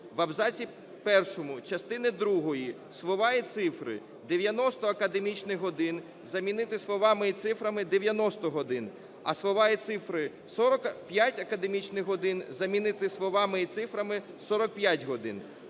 в абзаці першому частини другої слова і цифри "90 академічних годин" замінити словами і цифрами "90 годин", а слова і цифри "45 академічних годин" замінити словами і цифрами "45 годин".